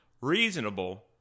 Reasonable